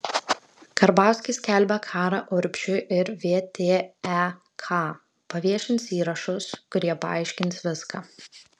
karbauskis skelbia karą urbšiui ir vtek paviešins įrašus kurie paaiškins viską